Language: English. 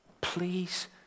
please